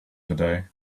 today